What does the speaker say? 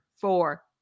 four